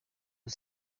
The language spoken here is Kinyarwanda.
ubu